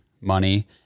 money